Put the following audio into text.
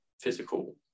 physical